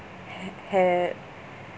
ha~ had